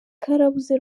karabuze